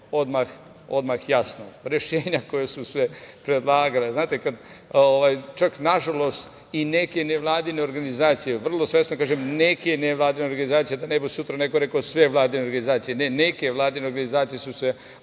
odmah jasno. Rešenja koja su se predlagala, čak, nažalost i neke nevladine organizacije, vrlo svesno kažem, neke nevladine organizacije, da ne bi sutra neko rekao sve vladine organizacije, ne neke vladine organizacije su se